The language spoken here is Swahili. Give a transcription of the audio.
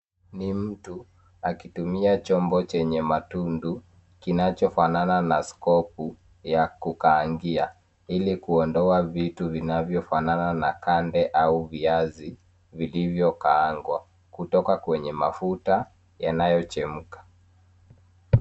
Ni mtu akitumia chombo chenye matundu kinachofanana na skopu ya kukaangia ili kuondoa vitu vinavyofanana na kande au viazi vilivyokaangwa kutoka kwenye mafuta yanayochemka.